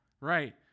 Right